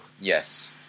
Yes